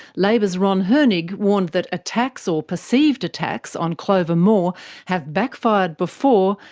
labor's ron hoenig warned that attacks, or perceived attacks, on clover moore have backfired before,